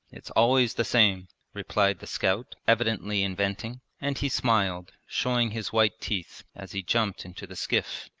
it's always the same replied the scout, evidently inventing, and he smiled, showing his white teeth, as he jumped into the skiff.